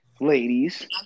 ladies